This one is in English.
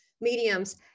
mediums